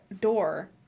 door